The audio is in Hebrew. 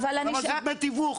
למה דמי תיווך?